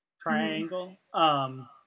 triangle